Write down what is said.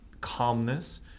calmness